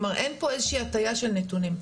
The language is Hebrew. כלומר, אין פה איזושהי הטיה של נתונים.